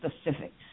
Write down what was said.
specifics